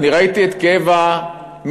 ראיתי את כאב המתיישבים,